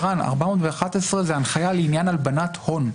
ערן, 411 זה הנחיה לעניין הלבנת הון.